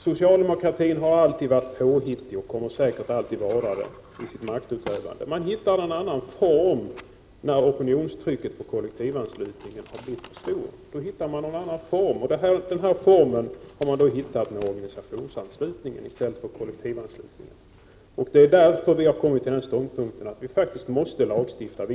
Socialdemokratin har alltid varit påhittig och kommer säkert alltid att vara det i sitt maktutövande. Man hittar bara en annan form, när opinionstrycket beträffande kollektivanslutningen har blivit för stor. Den formen är organisationsanslutningen i stället för kollektivanslutningen. Därför har vi kommit till ståndpunkten att vi faktiskt måste lagstifta.